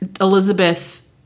Elizabeth